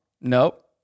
Nope